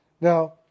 Now